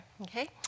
Okay